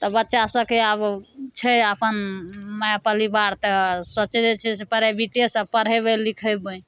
तब बच्चा सभकेँ आब छै अपन मय परिवार तऽ सोचै जाए छै प्राइवेटेसे पढ़ेबै लिखेबै